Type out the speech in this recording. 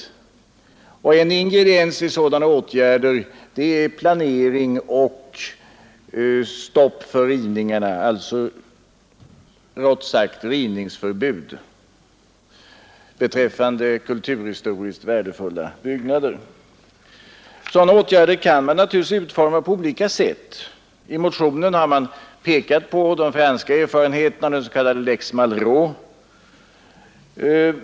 En ingrediens bland sådana åtgärder är planering och stopp för rivningarna, alltså rivningsförbud beträffande kulturhistoriskt värdefulla byggnader. Sådana åtgärder kan man naturligtvis utforma på olika sätt. I motionen har vi pekat på de franska erfarenheterna av den s.k. Lex Malraux.